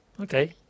Okay